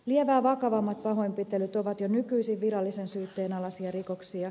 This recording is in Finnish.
lievää vakavammat pahoinpitelyt ovat jo nykyisin virallisen syytteen alaisia rikoksia